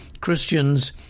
Christians